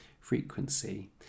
frequency